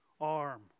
arm